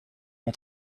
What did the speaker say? mon